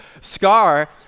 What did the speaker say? Scar